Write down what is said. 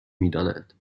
میدانند